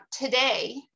today